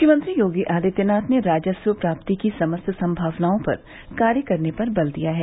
मुख्यमंत्री योगी आदित्यनाथ ने राजस्व प्राप्ति की समस्त सम्भावनाओं पर कार्य करने पर बल दिया है